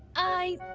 i.